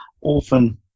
often